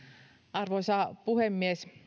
arvoisa puhemies